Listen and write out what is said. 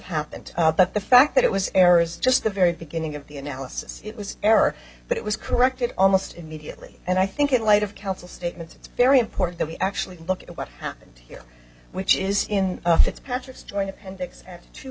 happened but the fact that it was errors just the very beginning of the analysis it was error but it was corrected almost immediately and i think in light of counsel statements it's very important that we actually look at what happened here which is in fitzpatrick's joint appendix t